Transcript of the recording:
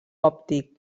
òptic